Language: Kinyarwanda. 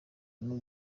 n’u